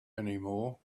anymore